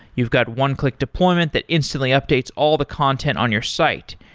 you've got one-click deployment that instantly updates all the content on your site.